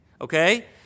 Okay